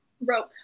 rope